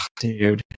dude